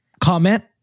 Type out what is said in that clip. comment